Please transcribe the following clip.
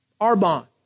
Arbonne